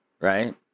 right